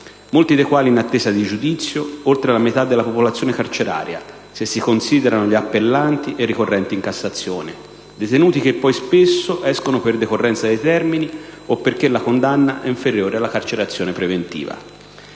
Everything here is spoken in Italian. Complessivamente rappresentano oltre la metà della popolazione carceraria, se si considerano gli appellanti e i ricorrenti in Cassazione: detenuti che poi spesso escono per decorrenza dei termini o perché la condanna è inferiore alla carcerazione preventiva.